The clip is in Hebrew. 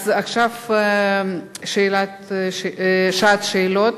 עכשיו שעת שאלות.